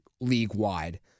league-wide